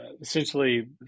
essentially